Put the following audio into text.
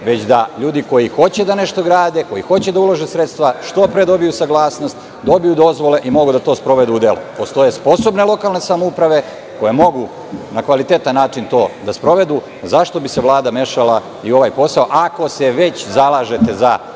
već da ljudi koji hoće nešto da grade, koji hoće da ulože sredstva što pre dobiju saglasnost, dobiju dozvole i mogu da to sprovedu u delo. Postoje sposobne lokalne samouprave koje mogu na kvalitetan način da to sprovedu. Zašto bi se Vlada mešala i u ovaj posao, ako se već zalažete za